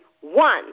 one